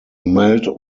melt